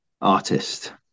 artist